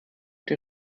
der